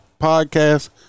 podcast